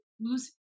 lose